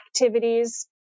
activities